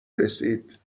رسید